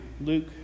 Luke